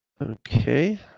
Okay